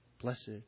Blessed